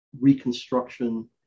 reconstruction